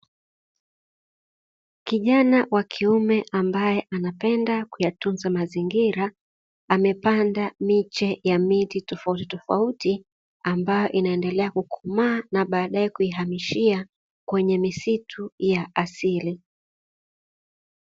Kijana wa kiume ambaye anapenda kuyatunza mazingira, amepanda miche ya miti tofauti tofauti, ambayo inaendelea kukomaa na baadaye kuihamishia kwenye misitu ya asili.